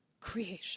creation